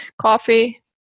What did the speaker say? coffee